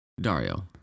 Dario